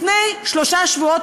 לפני שלושה שבועות,